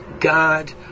God